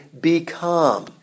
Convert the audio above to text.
become